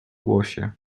głosie